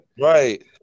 Right